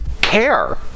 care